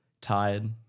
tired